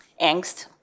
angst